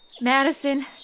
Madison